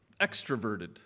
extroverted